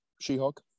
She-Hulk